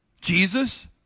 Jesus